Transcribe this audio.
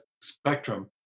spectrum